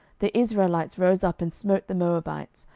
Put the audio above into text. the israelites rose up and smote the moabites,